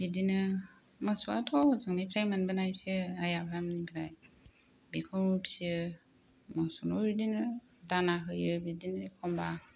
बिदिनो मोसौयाथ हजोंनिफ्राय मोनबो नायसो आइ आफा मोननि फ्राय बेखौ फियो मोसौनो बिदिनो दाना होयो एखमब्ला